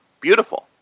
beautiful